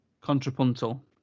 Contrapuntal